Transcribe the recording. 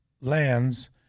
lands